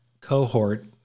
cohort